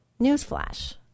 Newsflash